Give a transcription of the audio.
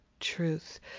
truth